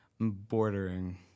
bordering